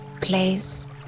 place